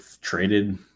traded